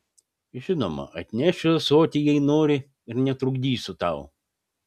žinoma atnešiu ąsotį jei nori ir netrukdysiu tau